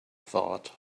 thought